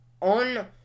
on